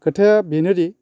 खोथाया बेनो दि